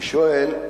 אני שואל,